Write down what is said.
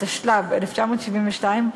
התשל"ב 1972,